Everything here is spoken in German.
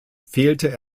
fehlte